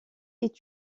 est